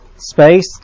Space